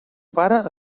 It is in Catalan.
pare